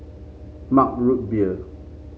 Mug Root Beer